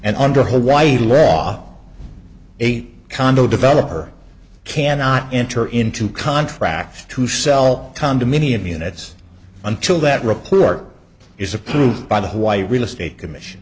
and under hawaii law eight condo developer cannot enter into contracts to sell condominium units until that report is approved by the hawaii real estate commission